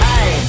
Hey